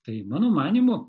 tai mano manymu